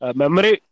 memory